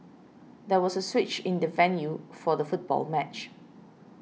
there was a switch in the venue for the football match